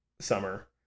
summer